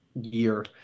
year